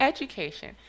Education